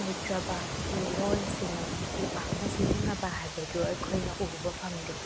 ꯃꯩꯇ꯭ꯔꯕꯥꯛꯀꯤ ꯂꯣꯟꯁꯤꯡ ꯑꯁꯤꯗꯤ ꯄꯥꯛꯅ ꯁꯤꯖꯤꯟꯅꯕ ꯍꯥꯏꯕꯗꯨ ꯑꯩꯈꯣꯏꯅ ꯎꯕ ꯐꯪꯗꯦ